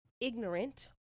ignorant